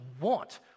want